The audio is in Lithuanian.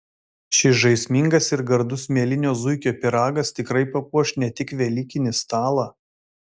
šis žaismingas ir gardus mielinio zuikio pyragas tikrai papuoš ne tik velykinį stalą